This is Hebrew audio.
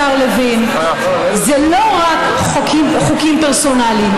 השר לוין: זה לא רק חוקים פרסונליים.